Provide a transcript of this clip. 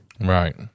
Right